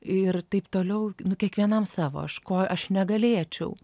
ir taip toliau nu kiekvienam savo aš ko aš negalėčiau